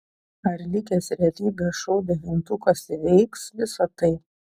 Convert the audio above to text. ar likęs realybės šou devintukas įveiks visa tai